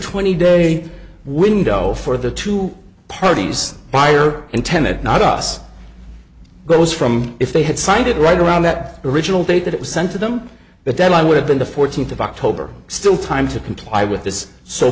twenty day window for the two parties buyer intended not us but was from if they had signed it right around that original date that it was sent to them that then i would have been the fourteenth of october still time to comply with this so